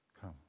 come